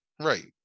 Right